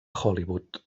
hollywood